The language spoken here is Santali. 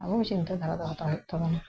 ᱟᱵᱚ ᱜᱮ ᱪᱤᱱᱛᱟᱹ ᱫᱷᱟᱨᱟ ᱫᱚ ᱦᱟᱛᱟᱣ ᱦᱩᱭᱩᱜ ᱛᱟᱵᱚᱱᱟ